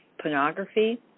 pornography